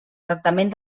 tractament